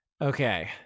Okay